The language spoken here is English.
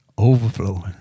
overflowing